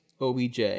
OBJ